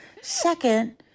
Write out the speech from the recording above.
Second